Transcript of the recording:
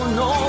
no